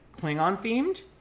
Klingon-themed